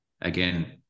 again